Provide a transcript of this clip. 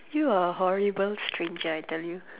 you are a horrible stranger I tell you